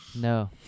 No